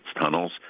tunnels